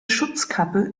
schutzkappe